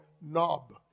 knob